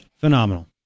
Phenomenal